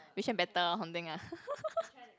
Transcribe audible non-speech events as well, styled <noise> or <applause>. which one better or something ah <laughs>